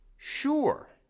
Sure